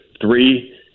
three